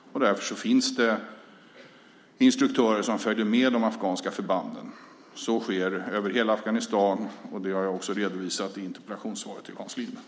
Därför finns det instruktörer som följer med de afghanska förbanden. Så sker över hela Afghanistan. Det har jag också redovisat i interpellationssvaret till Hans Linde.